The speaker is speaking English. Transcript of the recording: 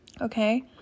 okay